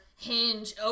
Hinge